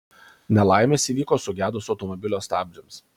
nelaimės įvyko sugedus automobilio stabdžiams